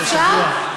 אפשר?